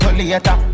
later